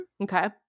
okay